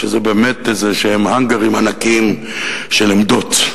שזה באמת איזשהם האנגרים ענקיים של עמדות,